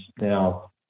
now